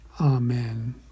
Amen